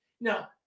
now